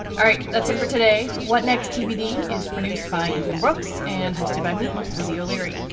all right. that's it for today. what next? tbd is produced by ethan brooks and who stood by me? lizzie o'leary.